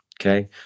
Okay